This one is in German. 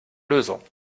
lösung